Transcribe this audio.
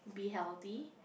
be healthy